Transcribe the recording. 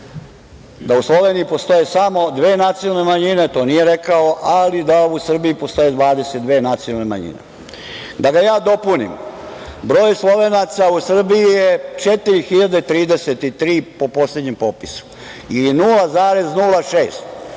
da u Sloveniji postoje samo dve nacionalne manjine, to nije rekao, ali da u Srbiji postoje 22 nacionalne manjine. Da ga ja dopunim, broj Slovenaca u Srbiji je 4.033 po poslednjem popisu, ili 0,06%.